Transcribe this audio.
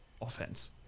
offense